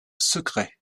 secrets